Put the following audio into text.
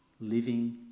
living